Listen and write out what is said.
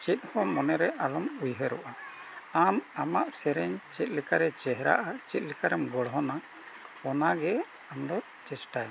ᱪᱮᱫ ᱦᱚᱸ ᱢᱚᱱᱮᱨᱮ ᱟᱞᱚᱢ ᱩᱭᱦᱟᱹᱨ ᱨᱚᱜᱼᱟ ᱟᱢ ᱟᱢᱟᱜ ᱥᱮᱨᱮᱧ ᱪᱮᱫᱞᱮᱠᱟ ᱨᱮ ᱪᱮᱦᱨᱟᱜᱼᱟ ᱪᱮᱫᱞᱮᱠᱟ ᱨᱮᱢ ᱜᱚᱲᱦᱚᱱᱟ ᱚᱱᱟ ᱜᱮ ᱟᱢ ᱫᱚ ᱪᱮᱥᱴᱟᱭ ᱢᱮ